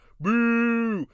Boo